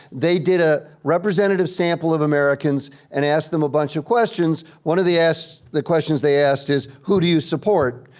they did a representative sample of americans and asked them a bunch of questions. one of the asked, the questions they asked is, who do you support?